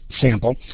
sample